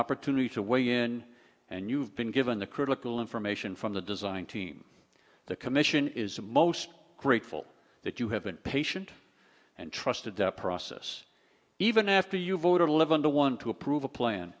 opportunity to weigh in and you've been given the critical information from the design team the commission is most grateful that you have been patient and trusted the process even after you voted to live under one to approve a plan